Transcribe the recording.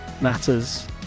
matters